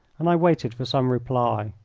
and i waited for some reply.